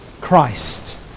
Christ